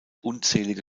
unzählige